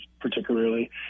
particularly